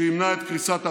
שימנע את קריסת המשק,